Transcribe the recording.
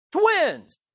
Twins